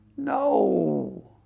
No